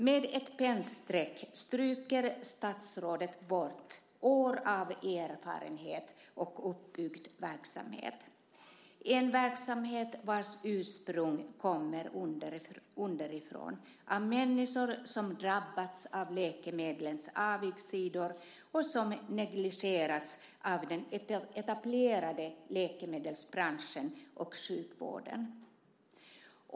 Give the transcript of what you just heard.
Med ett pennstreck stryker statsrådet bort år av erfarenhet och uppbyggd verksamhet. Det är en verksamhet vars ursprung kommer underifrån, från människor som drabbats av läkemedlens avigsidor och som negligerats av den etablerade läkemedelsbranschen och sjukvården.